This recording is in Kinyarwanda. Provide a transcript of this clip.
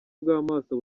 bw’amaso